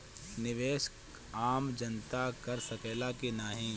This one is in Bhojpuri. निवेस आम जनता कर सकेला की नाहीं?